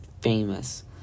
famous